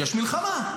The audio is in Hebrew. יש מלחמה,